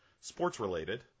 sports-related